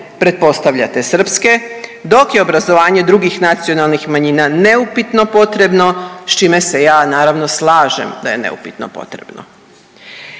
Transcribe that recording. pretpostavljate srpske, dok je obrazovanje drugih nacionalnih manjina neupitno potrebno, s čime se ja naravno slažem da je neupitno potrebno.